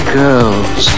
girls